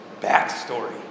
Backstory